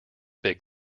big